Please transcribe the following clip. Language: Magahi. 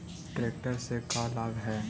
ट्रेक्टर से का लाभ है?